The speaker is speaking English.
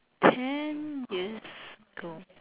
ten years ago